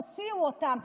תוציאו אותם,